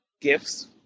gifts